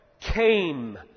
came